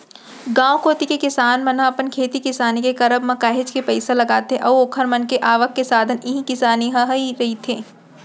गांव कोती के किसान मन ह अपन खेती किसानी के करब म काहेच के पइसा लगाथे अऊ ओखर मन के आवक के साधन इही किसानी ह ही रहिथे